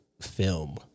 film